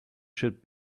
should